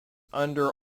under